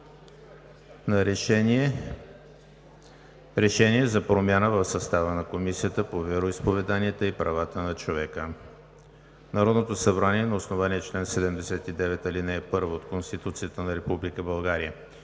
РЕШЕНИЕ за промяна в състава на Комисията по вероизповеданията и правата на човека Народното събрание на основание чл. 79, ал. 1 от Конституцията на